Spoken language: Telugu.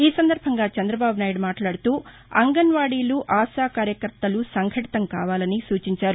ఈ సందర్బంగా చంద్రబాబు నాయుడు మాట్లాడుతూ అంగన్వాడీలు ఆశా కార్యకర్తలు సంఘటితం కావాలని సూచించారు